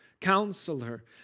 Counselor